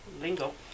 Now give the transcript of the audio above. lingo